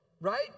right